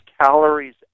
calories